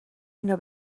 اینو